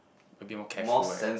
a bit more careful eh